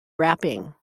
rapping